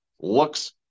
looks